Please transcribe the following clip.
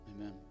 Amen